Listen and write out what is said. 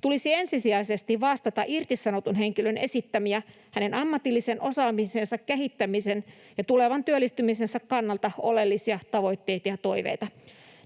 tulisi ensisijaisesti vastata irtisanotun henkilön esittämiä, hänen ammatillisen osaamisensa kehittämisen ja tulevan työllistymisensä kannalta oleellisia tavoitteita ja toiveita.